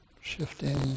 shifting